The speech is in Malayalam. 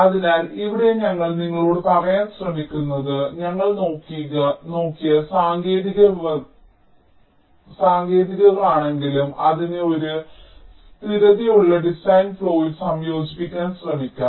അതിനാൽ ഇവിടെ ഞങ്ങൾ നിങ്ങളോട് പറയാൻ ശ്രമിക്കുന്നത് ഞങ്ങൾ നോക്കിയ സാങ്കേതികതകളാണെങ്കിലും അതിനെ ഒരു സ്ഥിരതയുള്ള ഡിസൈൻ ഫ്ലോയിൽ സംയോജിപ്പിക്കാൻ ശ്രമിക്കാം